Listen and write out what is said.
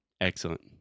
Excellent